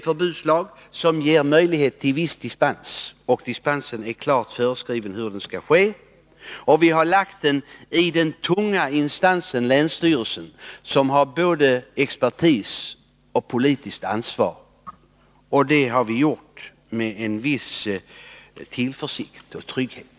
Hur dispens skall ges är klart föreskrivet, och uppgiften att bevilja dispens har vi lagt på den tunga instansen länsstyrelsen, som har både expertis och politiskt ansvar. Det har vi gjort med stor tillförsikt och trygghet.